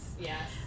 Yes